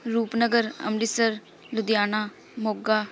Rupnagar Amritsar Ludhiana Moga